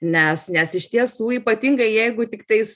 nes nes iš tiesų ypatingai jeigu tiktais